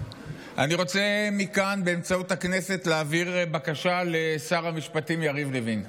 אני רוצה להעביר מכאן באמצעות הכנסת בקשה לשר המשפטים יריב לוין.